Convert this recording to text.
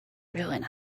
ruin